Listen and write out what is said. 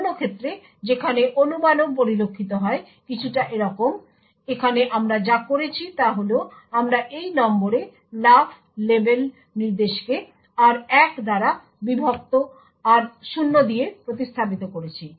অন্য ক্ষেত্রে যেখানে অনুমানও পরিলক্ষিত হয় কিছুটা এইরকম এখানে আমরা যা করেছি তা হল আমরা এই 0 নম্বরে লাফ লেবেল নির্দেশকে r1 দ্বারা বিভক্ত r0 দিয়ে প্রতিস্থাপিত করেছি